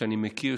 שאני מכיר,